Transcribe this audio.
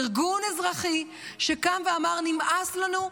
ארגון אזרחי שקם ואמר: נמאס לנו.